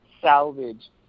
salvage